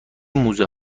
موزه